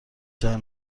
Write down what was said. شهر